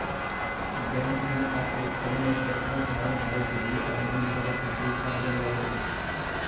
Bank मे आ के कौन और केतना फारम भरे के होयी आवेदन करे के खातिर कर्जा लेवे ला?